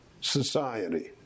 society